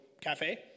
Cafe